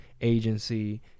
agency